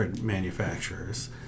manufacturers